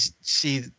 see